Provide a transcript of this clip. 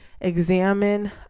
examine